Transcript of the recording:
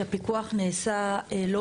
שהפיקוח נעשה לא,